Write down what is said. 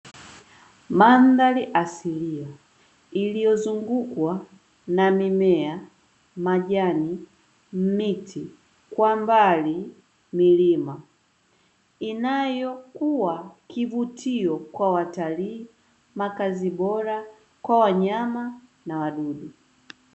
Mandhari asilia iliyozungukwa na mimea, majani, miti kwa mbali milima. Inayokuwa kivutio kwa watalii; makazi bora kwa wanyama na wadudu.